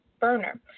burner